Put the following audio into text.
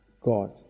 God